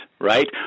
right